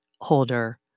holder